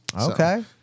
Okay